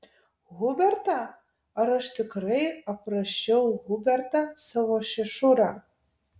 hubertą ar aš tikrai aprašiau hubertą savo šešurą